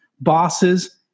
Bosses